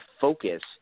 focus